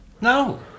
No